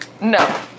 No